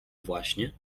właśnie